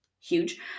huge